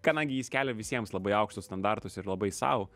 kadangi jis kelia visiems labai aukštus standartus ir labai sau